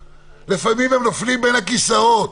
לפעמים הם נופלים בין הכיסאות.